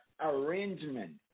arrangement